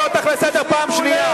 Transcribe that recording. מנצלים את זה.